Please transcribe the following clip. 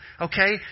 okay